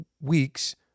weeks